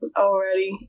already